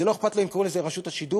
לא אכפת לו אם קוראים לזה רשות השידור,